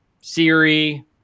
Siri